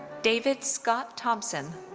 david scott thompson.